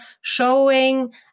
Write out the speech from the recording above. showing